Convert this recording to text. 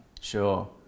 Sure